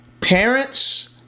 parents